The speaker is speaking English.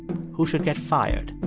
who should get fired.